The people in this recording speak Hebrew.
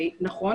נכון,